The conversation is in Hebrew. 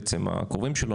בעצם הקרובים שלו,